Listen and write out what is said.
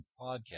podcast